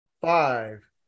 five